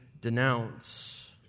denounce